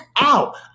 out